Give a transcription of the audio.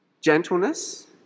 Gentleness